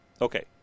Okay